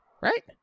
Right